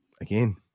again